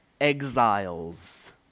exiles